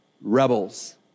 Rebels